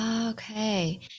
okay